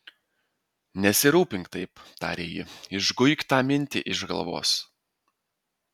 nesirūpink taip tarė ji išguik tą mintį iš galvos